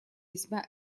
весьма